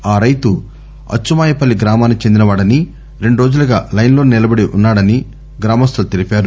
ఆ రైతు అచ్చుమాయపల్లి గ్రామానికి చెందినవాడని రెండురోజులుగా లైన్లోనే నిలబడి ఉన్నాడని గ్రామస్తులు తెలిపారు